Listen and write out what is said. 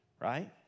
right